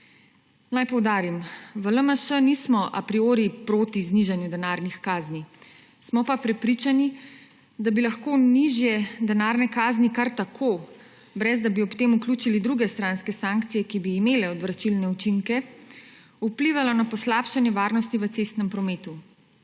Naj poudarim, v LMŠ nismo a priori proti znižanju denarnih kazni. Smo pa prepričani, da bi lahko nižje denarne kazni kar tako, ne da bi ob tem vključili druge stranske sankcije, ki bi imele odvračilne učinke, vplivale na poslabšanje varnosti v cestnem prometu.